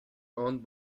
owned